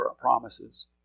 promises